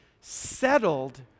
settled